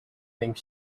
think